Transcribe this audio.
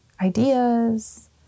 ideas